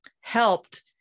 helped